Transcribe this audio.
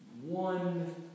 one